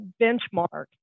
benchmark